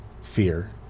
fear